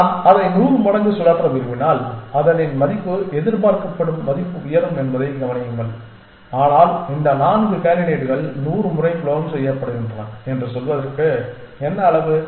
நான் அதை 100 மடங்கு சுழற்ற விரும்பினால் அதனின் மதிப்பு எதிர்பார்க்கப்படும் மதிப்பு உயரும் என்பதை கவனியுங்கள் ஆனால் இந்த 4 கேண்டிடேட்டுகள் 100 முறை குளோன் செய்யப்படுகின்றன என்று சொல்வதற்கு என்ன அளவு